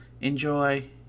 enjoy